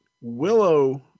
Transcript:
Willow